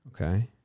Okay